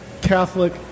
Catholic